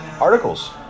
articles